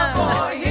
boy